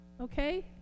Okay